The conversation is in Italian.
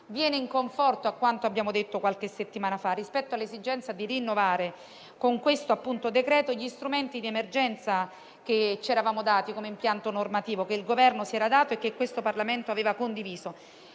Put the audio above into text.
venga in conforto a quanto abbiamo detto qualche settimana fa rispetto all'esigenza di rinnovare, con il decreto al nostro esame, gli strumenti di emergenza che ci eravamo dati come impianto normativo, che il Governo si era dato e che il Parlamento aveva condiviso.